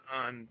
on